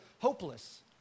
hopeless